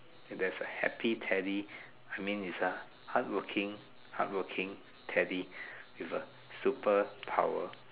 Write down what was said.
if he's a happy Teddy I mean he's a hardworking hardworking Teddy with a superpower